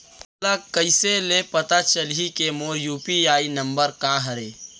मोला कइसे ले पता चलही के मोर यू.पी.आई नंबर का हरे?